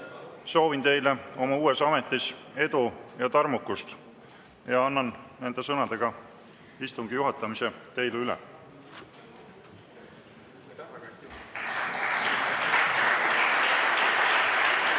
soovin teile oma uues ametis edu ja tarmukust ja annan nende sõnadega istungi juhatamise teile üle.